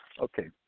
Okay